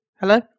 Hello